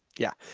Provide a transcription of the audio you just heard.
yeah.